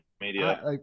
media